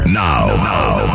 now